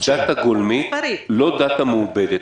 דאטה גולמית, לא דאטה מעובדת.